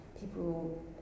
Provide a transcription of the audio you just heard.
people